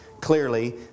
clearly